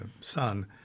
son